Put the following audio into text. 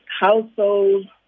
households